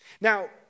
Now